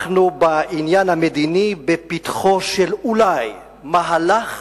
אנחנו בעניין המדיני בפתחו של, אולי, מהלך